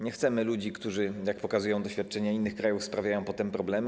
Nie chcemy ludzi, którzy, jak pokazują doświadczenia innych krajów, sprawiają potem problemy.